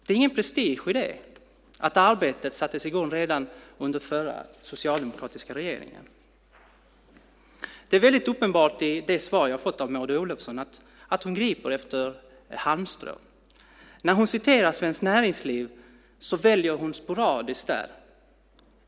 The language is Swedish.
Det är ingen prestige i att arbetet sattes i gång redan under den förra socialdemokratiska regeringen. Det är uppenbart i det svar jag har fått av Maud Olofsson att hon griper efter ett halmstrå. När hon citerar Svenskt Näringsliv väljer hon sporadiskt.